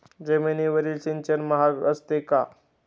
जमिनीवरील सिंचन महाग असते का?